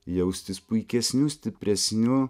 jaustis puikesniu stipresniu